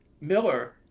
Miller